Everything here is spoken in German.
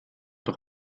doch